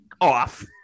off